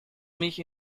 mich